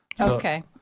Okay